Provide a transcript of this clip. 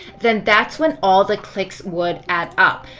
then that's when all the clicks would add up.